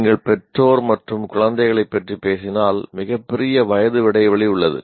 நீங்கள் பெற்றோர் மற்றும் குழந்தைகளைப் பற்றி பேசினால் மிகப் பெரிய வயது இடைவெளி உள்ளது